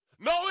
No